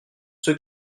ceux